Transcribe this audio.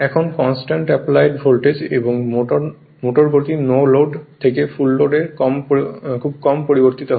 এখন constant applied voltage এবং মোটরের গতি নো লোড থেকে ফুল লোডে এ খুব কম পরিবর্তিত হয়